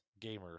gamers